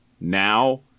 now